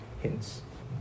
hints